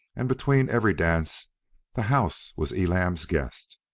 and between every dance the house was elam's guest.